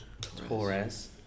Torres